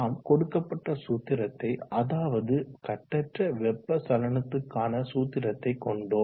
நாம் கொடுக்கப்பட்ட சூத்திரத்தை அதாவது கட்டற்ற வெப்ப சலனத்துக்கான சூத்திரத்தை கொண்டோம்